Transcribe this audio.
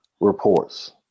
reports